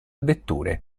vetture